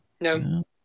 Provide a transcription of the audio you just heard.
No